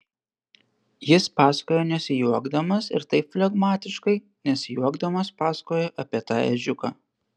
jis pasakojo nesijuokdamas ir taip flegmatiškai nesijuokdamas pasakojo apie tą ežiuką